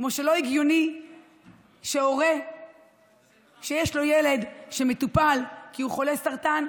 כמו שזה לא הגיוני להורה שיש לו ילד שמטופל כי הוא חולה סרטן.